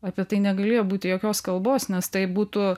apie tai negalėjo būti jokios kalbos nes tai būtų